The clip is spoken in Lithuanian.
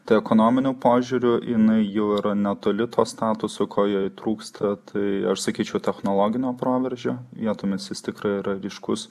tai ekonominiu požiūriu jinai jau yra netoli tuo statusu ko jai trūksta tai aš sakyčiau technologinio proveržio vietomis jis tikrai yra ryškus